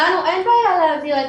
לנו אין בעיה להעביר.